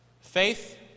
Faith